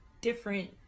different